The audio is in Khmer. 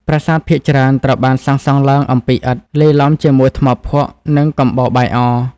ប្រាសាទភាគច្រើនត្រូវបានសាងសង់ឡើងអំពីឥដ្ឋ លាយឡំជាមួយថ្មភក់ និងកំបោរបាយអ។